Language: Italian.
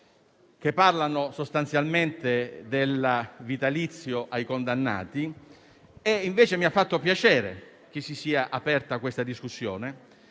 che parlano sostanzialmente del vitalizio ai condannati, e mi ha fatto piacere che si sia aperta questa discussione,